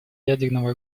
ядерного